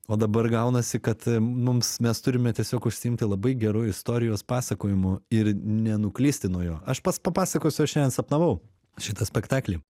o dabar gaunasi kad mums mes turime tiesiog užsiimti labai geru istorijos pasakojimu ir nenuklysti nuo jo aš pats papasakosiu aš šiandien sapnavau šitą spektaklį